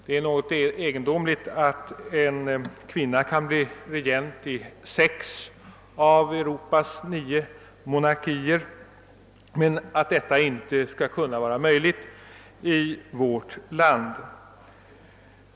Det är egendomligt att en kvinna kan bli regent i sex av Europas nio monarkier men att detta inte är möjligt i vårt land.